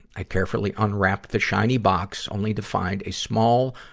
i carefully unwrapped the shiny box, only to find a small,